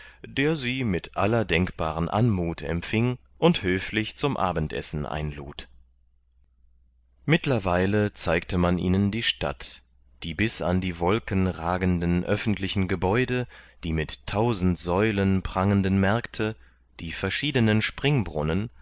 der sie mit aller denkbaren anmuth empfing und höflich zum abendessen einlud mittlerweile zeigte man ihnen die stadt die bis an die wolken ragenden öffentlichen gebäude die mit tausend säulen prangenden märkte die verschiedenen springbrunnen